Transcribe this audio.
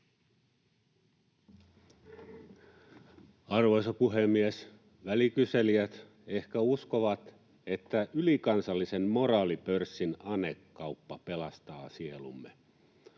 Arvoisa puhemies! Välikyselijät ehkä uskovat, että ylikansallisen moraalipörssin anekauppa pelastaa sielumme.